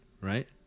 Right